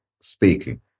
speaking